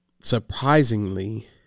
Surprisingly